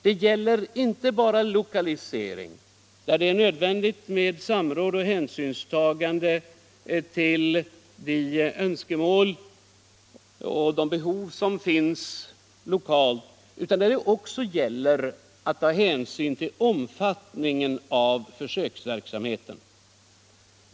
Det gäller inte bara lokaliseringen — där det är nödvändigt med samråd och hänsynstagande till de önskemål och behov som finns lokalt — utan också omfattningen av försöksverksamheten.